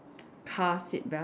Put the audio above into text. car seat belt